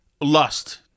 lust